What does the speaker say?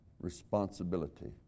responsibility